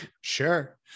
Sure